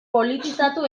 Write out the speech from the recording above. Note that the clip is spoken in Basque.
politizatu